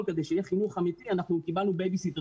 כדי שיהיה חינוך אמיתי אנחנו קיבלנו בייביסיטר,